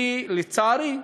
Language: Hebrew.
כי, לצערי,